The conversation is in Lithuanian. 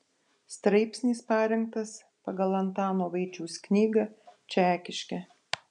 straipsnis parengtas pagal antano vaičiaus knygą čekiškė